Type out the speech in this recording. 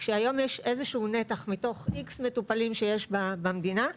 כשהיום יש איזשהו נתח מתוך X מטופלים שיש במדינה,